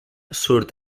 surt